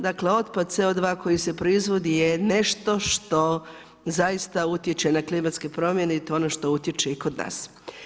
Dakle, otpad CO2 koji se proizvodi je nešto što zaista utječe na klimatske promjene i to je ono što utječe i kod nas.